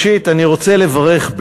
רוצה לברך,